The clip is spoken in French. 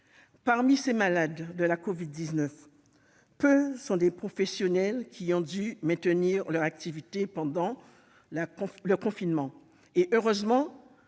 Parmi les malades de la Covid-19, peu sont des professionnels qui ont dû maintenir leurs activités pendant le confinement. Heureusement,